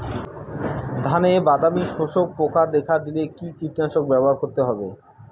ধানে বাদামি শোষক পোকা দেখা দিলে কি কীটনাশক ব্যবহার করতে হবে?